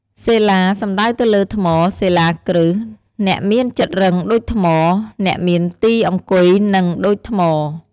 សិលា សំដៅទៅលើថ្ម សិលាគ្រិះ អ្នកមានចិត្តរឹងដូចថ្ម អ្នកមានទីអង្គុយនឹងដូចថ្ម។